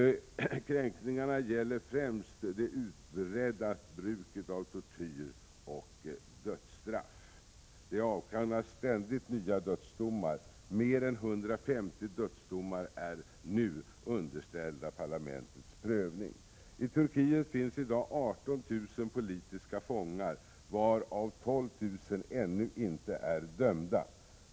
Kränkningarna gäller främst det utbredda bruket av tortyr och dödsstraff. Det avkunnas ständigt och rätten till självbestämmande nya dödsdomar. Mer än 150 dödsdomar är nu underställda parlamentets prövning. I Turkiet finns i dag 18 000 politiska fångar, varav 12 000 som ännu inte är dömda.